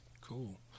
Cool